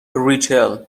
ریچل